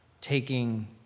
taking